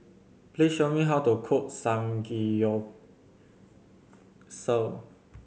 please show me how to cook Samgeyopsal